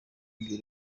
ibyo